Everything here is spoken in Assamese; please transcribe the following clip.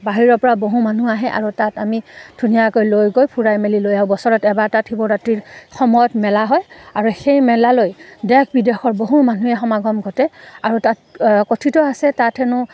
বাহিৰৰ পৰা বহু মানুহ আহে আৰু তাত আমি ধুনীয়াকৈ লৈ গৈ ফুৰাই মেলি লৈ আহো বছৰত এবাৰ তাত শিৱৰাত্ৰিৰ সময়ত মেলা হয় আৰু সেই মেলালৈ দেশ বিদেশৰ বহু মানুহে সমাগম ঘটে আৰু তাত কথিত আছে তাত হেনো